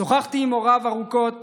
שוחחתי עם הוריו ארוכות